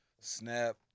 Snap